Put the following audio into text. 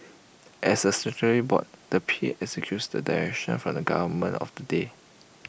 as A statutory board the P A executes the directions from the government of the day